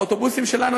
האוטובוסים שלנו,